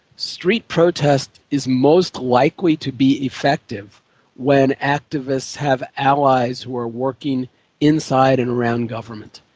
street protest is most likely to be effective when activists have allies who are working inside and around government.